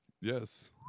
Yes